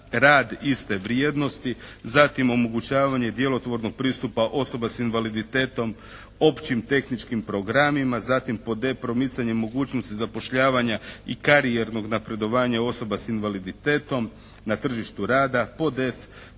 rad iste vrijednosti, zatim omogućavanje djelotvornog pristupa osoba s invaliditetom općim tehničkim programima. Zatim, pod d) promicanje mogućnosti zapošljavanja i karijernog napredovanja osoba s invaliditetom na tržištu rada, pod f)